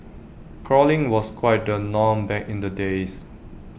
crawling was quite the norm back in the days